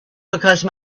because